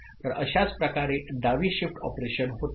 तर अशाच प्रकारे डावी शिफ्ट ऑपरेशन होते